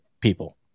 people